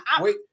wait